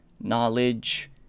knowledge